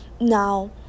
Now